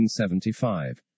1975